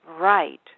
right